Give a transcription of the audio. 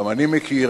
גם אני מכיר.